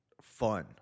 fun